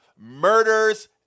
murders